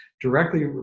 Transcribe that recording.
directly